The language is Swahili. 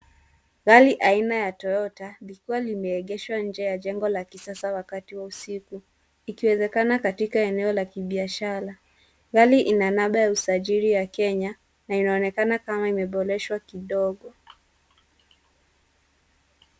Gari aina ya Toyota, likiwa limeegeshwa nje ya jengo la kisasa wakati wa usiku, ikiwezekana katika eneo la kibiashara. Gari ina namba ya usajili la Kenya, na inaonekana kama imeboreshwa kidogo.